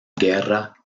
guerra